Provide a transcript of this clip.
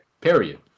period